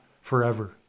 forever